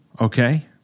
okay